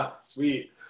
Sweet